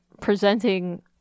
presenting